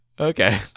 Okay